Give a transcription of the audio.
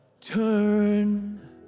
Turn